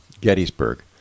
Gettysburg